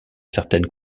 certaines